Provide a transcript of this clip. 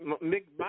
Mike